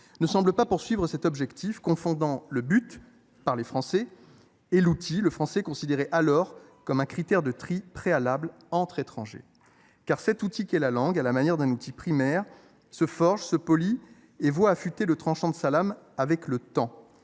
ne semble pas tendre vers cet objectif, confondant le but, à savoir parler français, et l’outil, c’est à dire le français considéré alors comme critère de tri préalable entre étrangers. Car cet outil qu’est la langue à la manière d’un outil primaire se forge, se polit et voit affûter le tranchant de sa lame avec le temps.